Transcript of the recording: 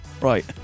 Right